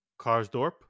Karsdorp